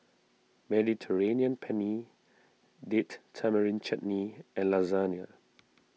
Mediterranean Penne Date Tamarind Chutney and Lasagne